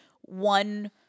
one –